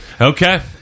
Okay